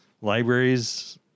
libraries